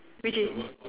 which is